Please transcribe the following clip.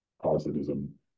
Protestantism